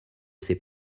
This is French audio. ces